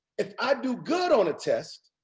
if i do good on a test,